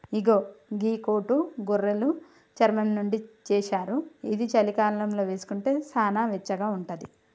ఇగో గీ కోటు గొర్రెలు చర్మం నుండి చేశారు ఇది చలికాలంలో వేసుకుంటే సానా వెచ్చగా ఉంటది